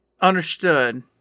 understood